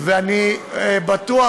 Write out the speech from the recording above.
ואני בטוח,